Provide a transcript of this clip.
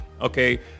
okay